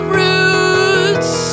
roots